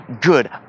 good